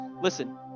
Listen